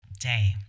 day